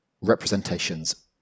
representations